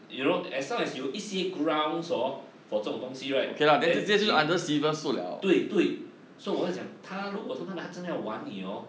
you know as long as 有一些 grounds hor for 这种东西 right then 你对对 so 我在讲他如果他们真的要玩你 orh